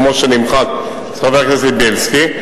כמו שנמחק אצל חבר הכנסת בילסקי.